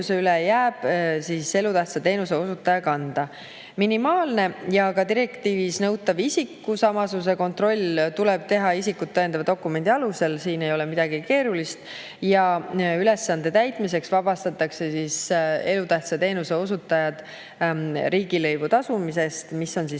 üle jääb elutähtsa teenuse osutaja kanda. Minimaalne ja ka direktiivis nõutav isikusamasuse kontroll tuleb teha isikut tõendava dokumendi alusel, siin ei ole midagi keerulist, ja ülesande täitmiseks vabastatakse elutähtsa teenuse osutajad riigilõivu tasumisest, mis on neli